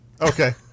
Okay